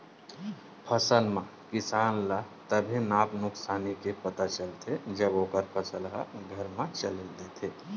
फसल म किसान ल तभे नफा नुकसानी के पता चलथे जब ओखर फसल ह घर म चल देथे